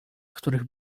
których